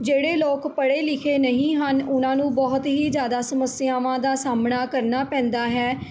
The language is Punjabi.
ਜਿਹੜੇ ਲੋਕ ਪੜ੍ਹੇ ਲਿਖੇ ਨਹੀਂ ਹਨ ਉਹਨਾਂ ਨੂੰ ਬਹੁਤ ਹੀ ਜ਼ਿਆਦਾ ਸਮੱਸਿਆਵਾਂ ਦਾ ਸਾਹਮਣਾ ਕਰਨਾ ਪੈਂਦਾ ਹੈ